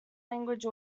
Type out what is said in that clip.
language